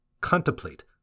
contemplate